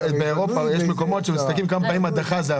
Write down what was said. באירופה יש מקומות שבודקים כמה הדחות הכלי יכול